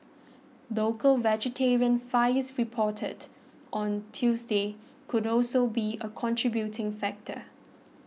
local vegetarian fires reported on Tuesday could also be a contributing factor